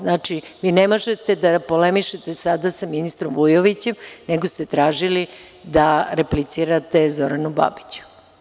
Znači, vi ne možete da polemišete sada sa ministrom Vujovićem, nego ste tražili da replicirate Zoranu Babiću.